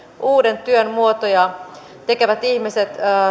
uusia työn muotoja tekevät ihmiset